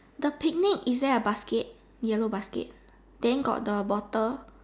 the picnic is there a basket yellow basket then got the bottle